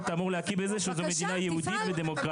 אתה אמור להכיר בזה שזו מדינה יהודית ודמוקרטית.